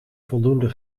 voldoende